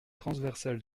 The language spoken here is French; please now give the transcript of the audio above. transversale